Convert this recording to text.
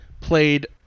played